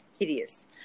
Hideous